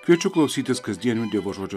kviečiu klausytis kasdienių dievo žodžio